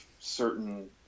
certain